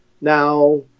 Now